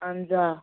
اَہن حظ آ